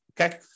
Okay